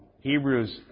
Hebrews